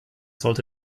sollte